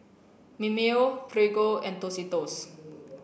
Mimeo Prego and Tostitos